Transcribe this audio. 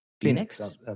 Phoenix